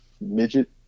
midget